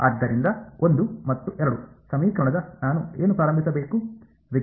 ಆದ್ದರಿಂದ 1 ಮತ್ತು 2 ಸಮೀಕರಣದ ನಾನು ಏನು ಪ್ರಾರಂಭಿಸಬೇಕು